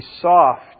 soft